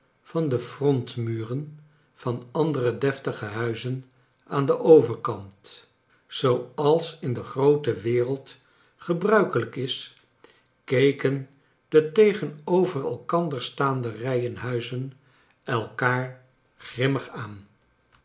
van de frontmuren van andere deftige hnizen aan den overkant zooals in de groote wereld gebruikelijk is keken de tegenover elkander staande rijen huizen elkaar grimmig aan